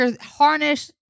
harness